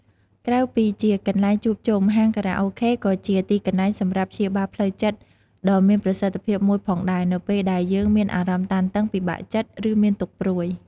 ក្រៅពីជាកន្លែងជួបជុំ ហាងខារ៉ាអូខេក៏ជា ទីកន្លែងសម្រាប់ព្យាបាលផ្លូវចិត្ត ដ៏មានប្រសិទ្ធភាពមួយផងដែរ នៅពេលដែលយើងមានអារម្មណ៍តានតឹង ពិបាកចិត្ត ឬមានទុក្ខព្រួយ។